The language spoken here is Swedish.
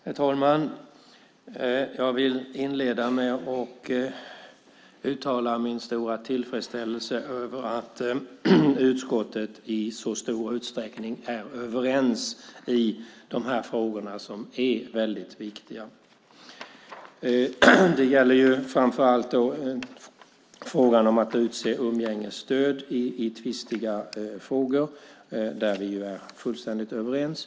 Herr talman! Jag vill inleda med att uttala min stora tillfredsställelse över att utskottet i så stor utsträckning är överens i dessa frågor, som är väldigt viktiga. Det gäller framför allt frågan om att utse umgängesstöd i tvistiga frågor, där vi är fullständigt överens.